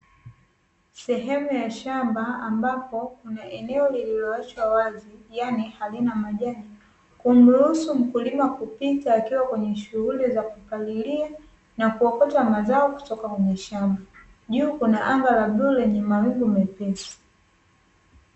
Sehemu ya shamba ambapa kuna eneo lilioachwa wazi yaani halina majani, kumruhusu mkulima kupita akiwa kwenye shuguli za kupalilia na kuokota mazao kutoka kwenye shamba. Juu kuna anga la bluu lenye mawingu mepesi.